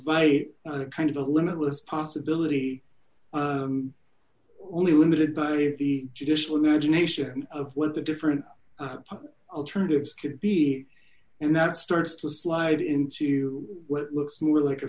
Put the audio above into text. violate kind of a limitless possibility only limited by the judicial imagination of what the different alternatives could be and that starts to slide into what looks more like a